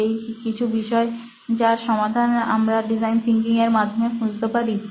তো এই কিছু বিষয় যার সমাধান আমরা ডিজাইন থিংকিং এর মাধ্যমে খুঁজতে পারি